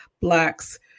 blacks